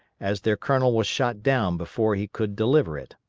as their colonel was shot down before he could deliver it.